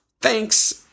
thanks